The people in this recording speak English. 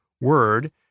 Word